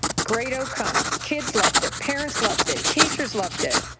great outcomes, kids loved it, parents loved it, teachers loved it,